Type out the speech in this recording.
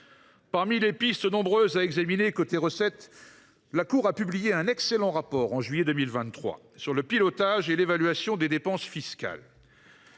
concerne les nombreuses pistes à examiner côté recettes, la Cour a publié un excellent rapport en juillet 2023 sur le pilotage et l’évaluation des dépenses fiscales.